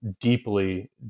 deeply